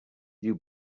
you